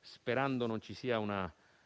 sperando non ci sia una